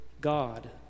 God